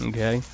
Okay